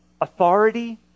authority